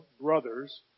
brothers